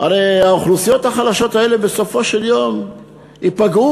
הרי האוכלוסיות החלשות האלה בסופו של יום ייפגעו,